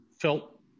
felt